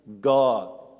God